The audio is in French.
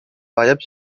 variable